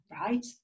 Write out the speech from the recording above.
right